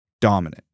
dominant